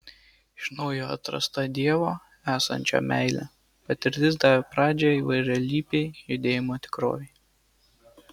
iš naujo atrasta dievo esančio meile patirtis davė pradžią įvairialypei judėjimo tikrovei